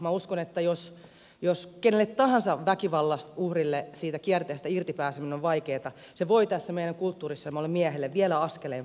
minä uskon että jos kenelle tahansa väkivallan uhrille siitä kierteestä irti pääseminen on vaikeata se voi tässä meidän kulttuurissamme olla miehelle vielä askeleen vaikeampaa